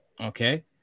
Okay